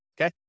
okay